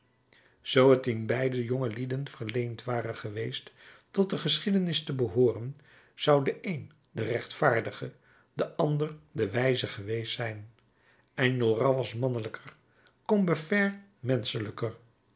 zoo t dien beiden jongelieden verleend ware geweest tot de geschiedenis te behooren zou de een de rechtvaardige de ander de wijze geweest zijn enjolras was mannelijker combeferre